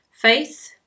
faith